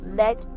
let